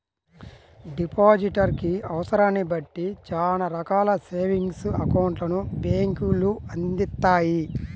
depositor కి అవసరాన్ని బట్టి చానా రకాల సేవింగ్స్ అకౌంట్లను బ్యేంకులు అందిత్తాయి